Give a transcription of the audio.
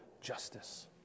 justice